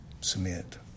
Submit